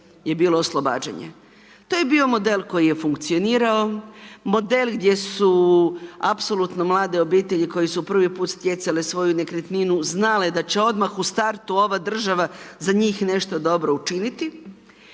To je bio model koji je funkcionirao, model gdje su apsolutno mlade obitelji koje su prvi put stjecale svoju nekretninu znale da će odmah u startu ova država za njih nešto dobro učiniti.